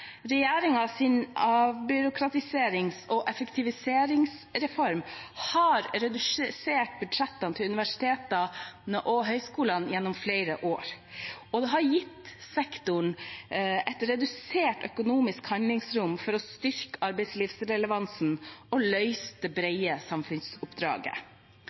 avbyråkratiserings- og effektiviseringsreform har redusert budsjettene til universitetene og høgskolene over flere år. Dette har gitt sektoren et redusert økonomisk handlingsrom for å styrke arbeidslivsrelevansen og løse det brede samfunnsoppdraget.